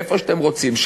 איפה שאתם רוצים,